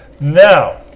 now